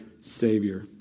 Savior